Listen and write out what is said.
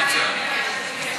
להירשם בשביל להימחק.